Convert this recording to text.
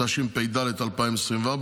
התשפ"ד 2024,